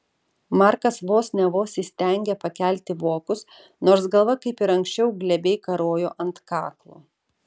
markas vos ne vos įstengė pakelti vokus nors galva kaip ir anksčiau glebiai karojo ant kaklo